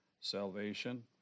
salvation